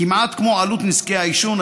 כמעט כמו עלות נזקי העישון,